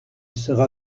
sera